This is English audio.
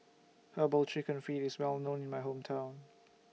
Herbal Chicken Feet IS Well known in My Hometown